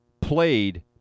played